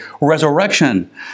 resurrection